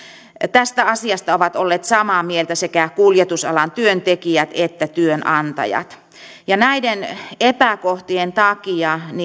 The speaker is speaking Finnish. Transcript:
tästä asiasta ovat olleet samaa mieltä sekä kuljetusalan työntekijät että työnantajat näiden epäkohtien takia